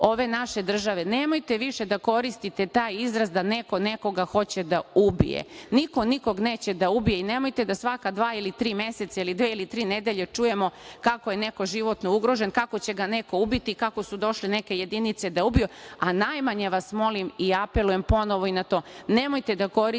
ove naše države, nemojte više da koristite taj izraz da neko nekoga hoće da ubije. Niko nikoga neće da ubije i nemojte da svaka dva ili tri meseca ili dve ili tri nedelje čujemo kako je neko životno ugrožen, kako će ga neko ubiti, kako su došle neke jedinice da ubiju, a najmanje vas molim i apelujem ponovo i na to, nemojte da koristite